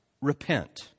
repent